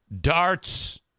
darts